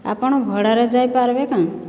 ଆପଣ ଭଡ଼ାରେ ଯାଇ ପାର୍ବେ କାଁ